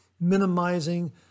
minimizing